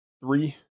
Three